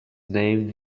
named